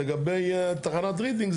לגבי תחנת רידינג,